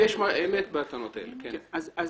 ואם אפשר לקבל נתון.